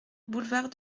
boulevard